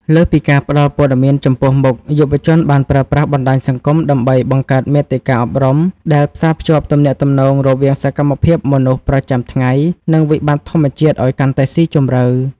លើសពីការផ្ដល់ព័ត៌មានចំពោះមុខ យុវជនបានប្រើប្រាស់បណ្ដាញសង្គមដើម្បីបង្កើតមាតិកាអប់រំដែលផ្សារភ្ជាប់ទំនាក់ទំនងរវាងសកម្មភាពមនុស្សប្រចាំថ្ងៃ និងវិបត្តិធម្មជាតិឱ្យកាន់តែស៊ីជម្រៅ។